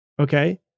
okay